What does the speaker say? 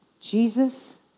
Jesus